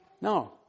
No